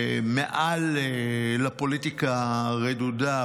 מעל הפוליטיקה הרדודה,